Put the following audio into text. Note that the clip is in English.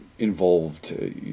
Involved